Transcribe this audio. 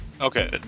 Okay